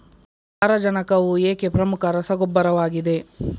ಸಾರಜನಕವು ಏಕೆ ಪ್ರಮುಖ ರಸಗೊಬ್ಬರವಾಗಿದೆ?